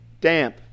damp